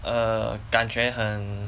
感觉很